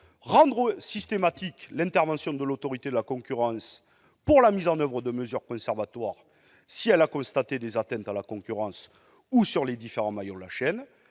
rendre systématique l'intervention de l'Autorité de la concurrence pour la mise en oeuvre de mesures conservatoires, si elle a constaté des atteintes à la concurrence ou sur les différents maillons de la chaîne.